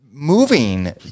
Moving